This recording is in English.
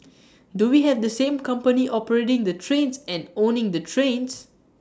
do we have the same company operating the trains and owning the trains